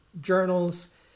journals